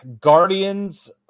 Guardians